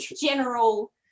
general